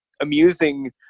amusing